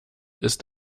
ist